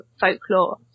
folklore